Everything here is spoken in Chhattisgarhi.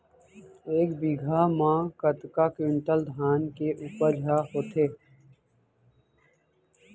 एक बीघा म कतका क्विंटल धान के उपज ह होथे?